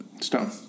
Stone